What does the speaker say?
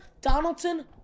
Donaldson